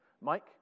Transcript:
Mike